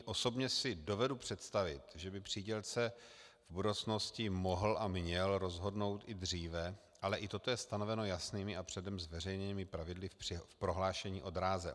Osobně si dovedu představit, že by přídělce v budoucnosti mohl a měl rozhodnout i dříve, ale i toto je stanoveno jasnými a předem zveřejněnými pravidly v prohlášení o dráze.